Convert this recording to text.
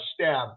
stab